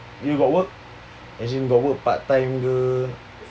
you got work as in got work part time ke